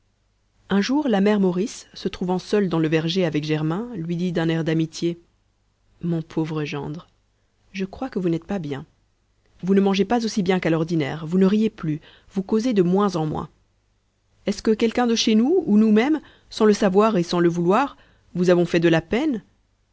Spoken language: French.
un jour la mère maurice se trouvant seule dans le verger avec germain lui dit d'un air d'amitié mon pauvre gendre je crois que vous n'êtes pas bien vous ne mangez pas aussi bien qu'à l'ordinaire vous ne riez plus vous causez de moins en moins est-ce que quelqu'un de chez nous ou nous-mêmes sans le savoir et sans le vouloir vous avons fait de la peine